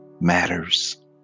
matters